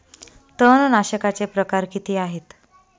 तणनाशकाचे प्रकार किती आहेत?